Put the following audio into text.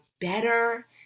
better